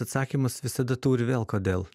atsakymas visada turi vėl kodėl